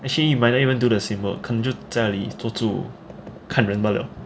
actually you might not even do the same work 可能就在那里这里坐住看人罢了